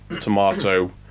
tomato